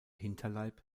hinterleib